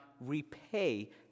repay